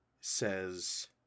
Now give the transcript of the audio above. says